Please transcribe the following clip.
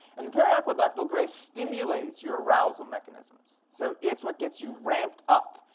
and the periaqueductal gray stimulates your arousal mechanisms. so it's what gets you ramped up,